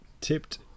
tipped